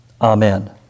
amen